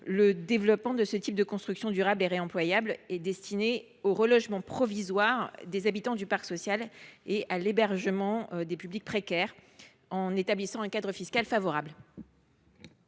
au développement de ce type de constructions durables et réemployables, destinées au relogement provisoire des habitants du parc social et à l’hébergement des publics précaires. Quel est l’avis de